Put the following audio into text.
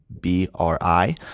B-R-I